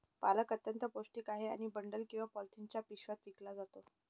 पालक अत्यंत पौष्टिक आहे आणि बंडल किंवा पॉलिथिनच्या पिशव्यात विकला जातो